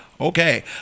Okay